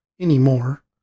anymore